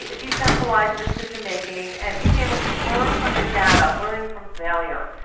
ah decentralized decision-making, and being able to learn from your data, learning from failure.